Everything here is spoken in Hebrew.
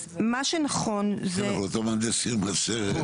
אז מה שנכון --- יותר נכון מהנדס עיר מאשר...?